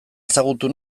ezagutu